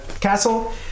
castle